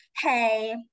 hey